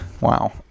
Wow